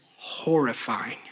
horrifying